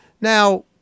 Now